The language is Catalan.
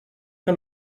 que